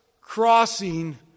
crossing